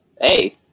hey